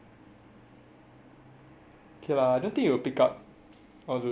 ok lah I don't think it will pick up all those vibration lah